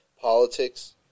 politics